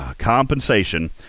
compensation